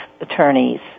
attorneys